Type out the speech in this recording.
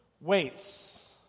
waits